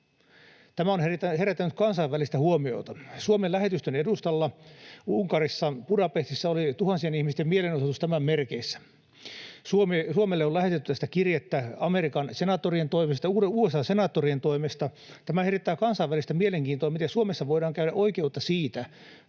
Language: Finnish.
Tämä on herättänyt kansainvälistä huomiota: Suomen lähetystön edustalla Unkarissa, Budapestissä oli tuhansien ihmisten mielenosoitus tämän merkeissä. Suomelle on lähetetty tästä kirjettä USA:n senaattorien toimesta. Herättää kansainvälistä mielenkiintoa, miten Suomessa voidaan käydä oikeutta siitä,